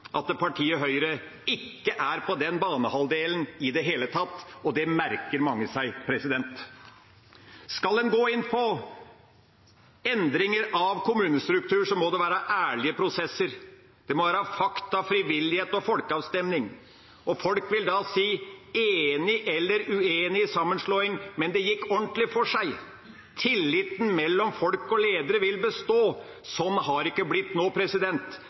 at partiet Høyre ikke er på den banehalvdelen i det hele tatt, og det merker mange seg. Skal en gå inn på endringer av kommunestrukturen, må det være ærlige prosesser. Det må være fakta, frivillighet og folkeavstemning. Folk vil da si seg enig eller uenig i sammenslåing, men det gikk ordentlig for seg, og tilliten mellom folk og ledere vil bestå. Sånn har det ikke blitt